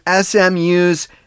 SMU's